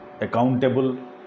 accountable